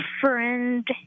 friend